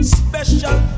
special